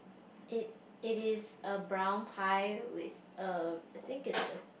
it it is a brown pie with err I think it's a